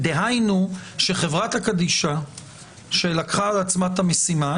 חברת הקדישא לקחה על עצמה את המשימה,